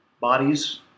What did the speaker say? bodies